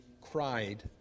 cried